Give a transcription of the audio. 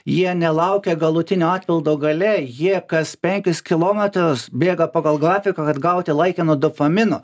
jie nelaukia galutinio atpildo gale jie kas penkis kilometrus bėga pagal grafiką atgauti laiką nuo dopamino